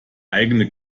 eigene